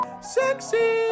Sexy